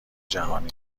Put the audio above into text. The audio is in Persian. جهانی